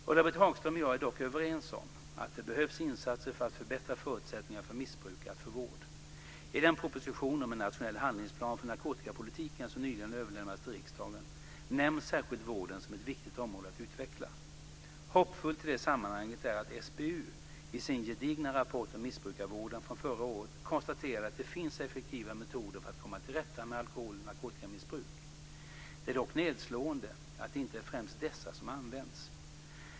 Ulla-Britt Hagström och jag är dock överens om att det behövs insatser för att förbättra förutsättningarna för missbrukare att få vård. I den proposition om en nationell handlingsplan för narkotikapolitiken som nyligen överlämnats till riksdagen nämns särskilt vården som ett viktigt område att utveckla. Hoppfullt i det sammanhanget är att SBU i sin gedigna rapport om missbrukarvården från förra året konstaterade att det finns effektiva metoder för att komma till rätta med alkohol och narkotikamissbruk. Det är dock nedslående att det inte främst är dessa som används.